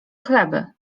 chleby